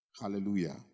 hallelujah